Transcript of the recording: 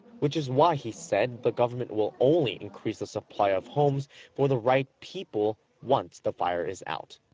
which is why he said the government will only increase the supply of homes for the right people. once the fire is out.